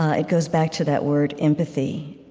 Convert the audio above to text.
it goes back to that word empathy.